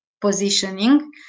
positioning